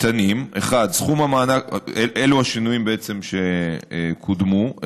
אלו השינויים שקודמו,